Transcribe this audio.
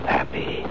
Happy